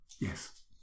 yes